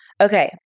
Okay